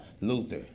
Luther